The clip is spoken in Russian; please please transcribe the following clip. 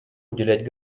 уделять